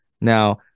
Now